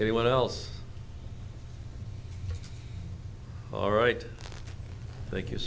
anyone else all right thank you